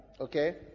Okay